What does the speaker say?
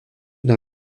dans